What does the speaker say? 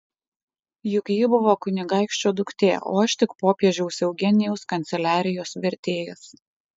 juk ji buvo kunigaikščio duktė o aš tik popiežiaus eugenijaus kanceliarijos vertėjas